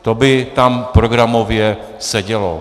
To by tam programově sedělo.